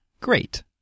great